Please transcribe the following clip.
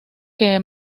que